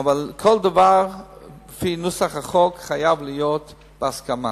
אבל כל דבר לפי נוסח החוק חייב להיות בהסכמה,